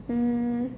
um